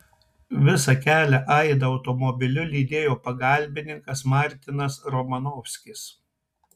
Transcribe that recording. visą kelią aidą automobiliu lydėjo pagalbininkas martinas romanovskis